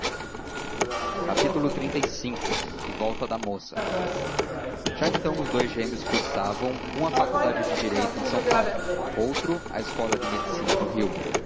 envelhecer creio xxxv em volta da moça já então os dous gêmeos cursavam um a faculdade de direito em são paulo outro a escola de medicina no rio